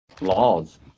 laws